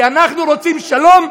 כי אנחנו רוצים שלום,